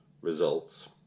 results